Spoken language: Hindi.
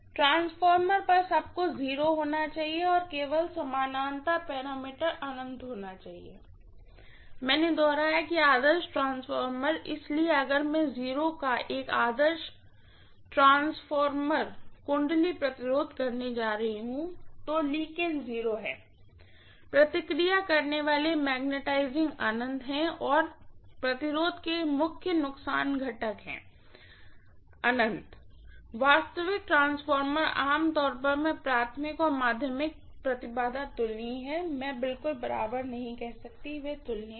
ट्रांसफार्मर सब कुछ 0 होना चाहिए और केवल समानांतर पैरामीटर अनंत होना चाहिए मैंने दोहराया आदर्श ट्रांसफार्मर इसलिए अगर मैं 0 का एक आदर्श ट्रांसफार्मर वाइंडिंग रेजिस्टेंस करने जा रहा हूं तो लीकेज 0 हैं प्रतिक्रिया करने वाले मैग्नेटाइज़िंग अनंत हैं और रेजिस्टेंस के मुख्य नुकसान घटक हैं अनंत वास्तविक ट्रांसफार्मर आमतौर पर मैं प्राइमरीऔर सेकेंडरी इम्पीडेन्स तुलनीय है मैं बिल्कुल बराबर नहीं कह रही हूँ वे तुलनीय हैं